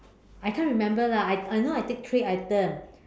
I can't remember lah I I know I take three items